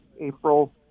April